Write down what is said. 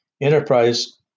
Enterprise